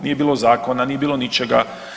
Nije bilo zakona, nije bilo ničega.